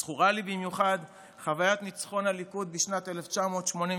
זכורה לי במיוחד חוויית ניצחון הליכוד בשנת 1981,